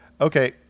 Okay